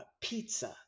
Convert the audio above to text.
pizza